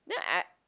then I